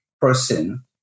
person